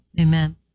Amen